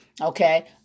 okay